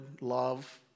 love